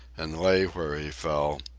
and lay where he fell,